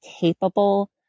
capable